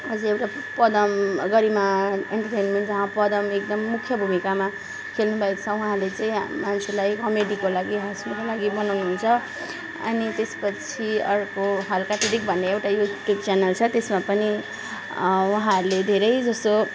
अझै एउटा पदम गरिमा इन्टरटेनमेन्ट जहाँ पदम एकदम मुख्य भूमिकामा खेल्नुभएको छ उहाँले चाहिँ मान्छेलाई कमेडीको लागि हाँस्नुको लागि बनाउनु हुन्छ अनि त्यसपछि अर्को हल्का टिरिक भन्ने एउटा युट्युब च्यानल छ त्यसमा पनि उहाँहरूले धेरैजसो